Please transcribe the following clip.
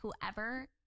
whoever